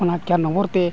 ᱚᱱᱟ ᱛᱮ